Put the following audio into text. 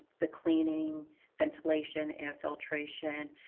the cleaning ventilation, air filtration,